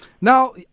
Now